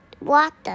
water